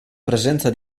presenza